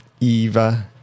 Eva